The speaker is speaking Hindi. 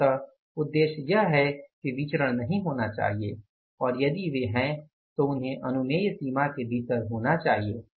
अंततः उद्देश्य यह है कि विचरण नहीं होना चाहिए और यदि वे हैं तो उन्हें अनुमेय सीमा के भीतर होना चाहिए